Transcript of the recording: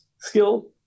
skilled